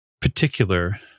particular